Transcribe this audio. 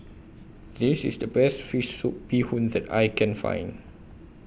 This IS The Best Fish Soup Bee Hoon that I Can Find